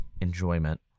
enjoyment